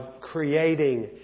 creating